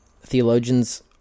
theologians